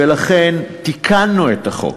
ולכן תיקנו את החוק,